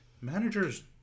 Managers